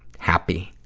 happy.